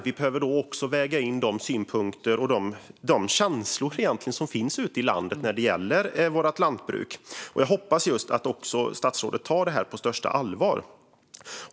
Vi behöver också väga in de synpunkter och känslor som finns ute i landet när det gäller vårt lantbruk, och jag hoppas alltså att även statsrådet tar det här på största allvar.